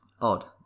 odd